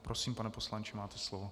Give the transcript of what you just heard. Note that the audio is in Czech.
Prosím, pane poslanče, máte slovo.